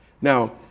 Now